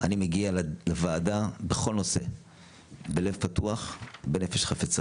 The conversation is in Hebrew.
אני מגיע לוועדה בכל נושא בלב פתוח ובנפש חפצה,